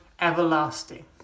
everlasting